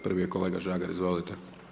Prvi je kolega Žagar, izvolite.